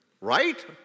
right